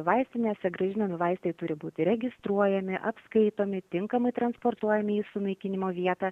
vaistinėse grąžinami vaistai turi būti registruojami apskaitomi tinkamai transportuojami į sunaikinimo vietą